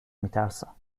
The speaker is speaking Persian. میترسم